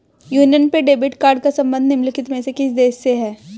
Union पे debit card का संबंध निम्नलिखित में से किस देश से है?